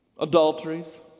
adulteries